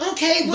Okay